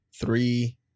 three